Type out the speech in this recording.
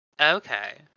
Okay